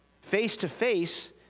Face-to-face